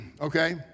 Okay